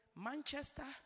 Manchester